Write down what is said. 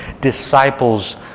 disciples